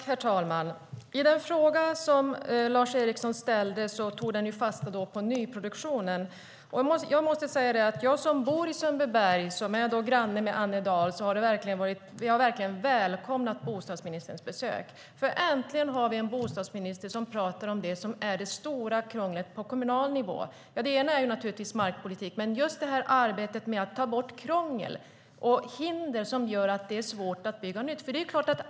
Herr talman! Lars Erikssons fråga tog fasta på nyproduktionen. Vi som bor i Sundbyberg, granne med Annedal, har verkligen välkomnat bostadsministerns besök. Äntligen har vi en bostadsminister som talar om det stora krånglet på kommunal nivå. En del är naturligtvis markpolitik, men det handlar just om arbetet med att ta bort krångel och hinder som gör det svårt att bygga nytt.